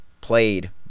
played